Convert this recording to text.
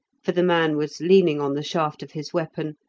for the man was leaning on the shaft of his weapon,